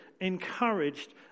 encouraged